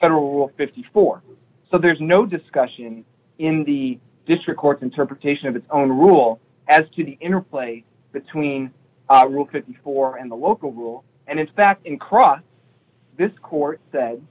federal fifty four so there's no discussion in the district court interpretation of its own rule as to the interplay between four and the local rule and in fact in cross this court